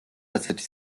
ასეთი